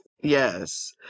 yes